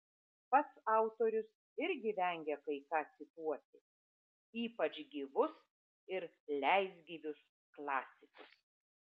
pats autorius irgi vengia kai ką cituoti ypač gyvus ir leisgyvius klasikus